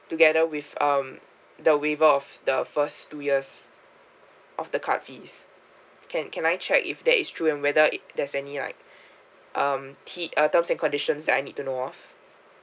together with um the waiver of the first two years of the card fees can can I check if that is true and whether it there's any like um t~ uh terms and conditions that I need to know of